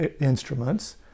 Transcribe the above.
instruments